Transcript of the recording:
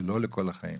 זה לא לכל החיים.